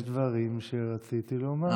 יש דברים שרציתי לומר.